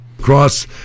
Cross